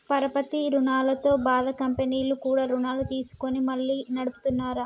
పరపతి రుణాలతో బాధ కంపెనీలు కూడా రుణాలు తీసుకొని మళ్లీ నడుపుతున్నార